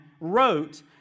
wrote